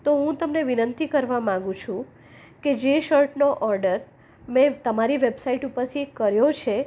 તો હું તમને વિનંતી કરવા માંગુ છું કે જે શર્ટનો ઓર્ડર મેં તમારી વેબસાઈટ ઉપરથી કર્યો છે